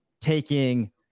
taking